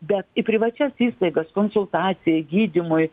bet į privačias įstaigas konsultacijai gydymui